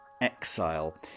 Exile